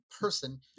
person